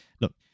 look